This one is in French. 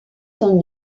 son